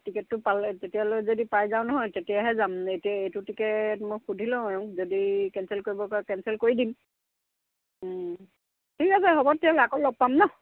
টিকেটটো পালে তেতিয়ালৈ যদি পাই যাওঁ নহয় তেতিয়াহে যাম এতিয়া এইটো টিকেট মই সুধি লওঁ আৰু যদি কেঞ্চেল কৰিব পাৰি কেঞ্চেল কৰি দিম ঠিক আছে হ'ব তেতিয়াহ'লে আকৌ লগ পাম ন